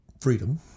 Freedom